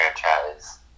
franchise